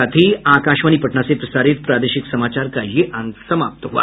इसके साथ ही आकाशवाणी पटना से प्रसारित प्रादेशिक समाचार का ये अंक समाप्त हुआ